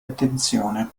attenzione